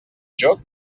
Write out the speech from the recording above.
jóc